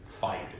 fight